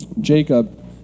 Jacob